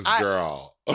Girl